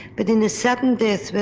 but in a sudden death, but